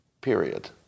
Period